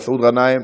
מסעוד גנאים,